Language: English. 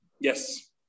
yes